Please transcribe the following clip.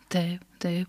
taip taip